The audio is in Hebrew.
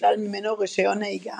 ונשלל ממנו רישיון נהיגה